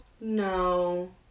No